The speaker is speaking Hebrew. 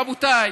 רבותיי,